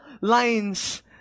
lines